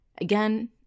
again